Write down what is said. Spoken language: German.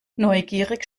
neugierig